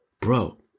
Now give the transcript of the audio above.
Bro